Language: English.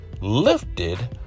lifted